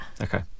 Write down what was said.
okay